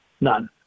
None